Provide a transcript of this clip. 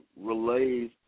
relays